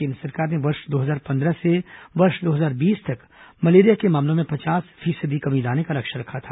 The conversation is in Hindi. केन्द्र सरकार ने वर्ष दो हजार पंद्रह से वर्ष दो हजार बीस तक मलेरिया के मामलों में पचास प्रतिशत कमी लाने का लक्ष्य रखा था